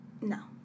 no